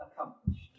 accomplished